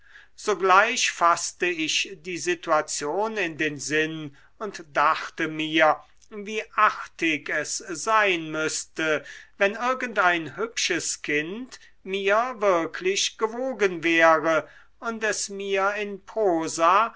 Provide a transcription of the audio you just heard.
sogleich faßte ich die situation in den sinn und dachte mir wie artig es sein müßte wenn irgend ein hübsches kind mir wirklich gewogen wäre und es mir in prosa